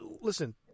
listen